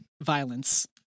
violence